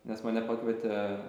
nes mane pakvietė